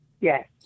Yes